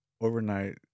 overnight